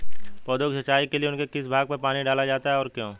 पौधों की सिंचाई के लिए उनके किस भाग पर पानी डाला जाता है और क्यों?